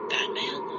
Batman